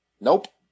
Nope